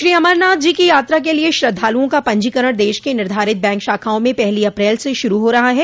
श्री अमरनाथ जी की यात्रा के लिए श्रद्धालुओं का पंजीकरण देश की निर्धारित बैंक शाखाओं में पहली अप्रैल से शुरू हो रहा है